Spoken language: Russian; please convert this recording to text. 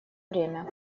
время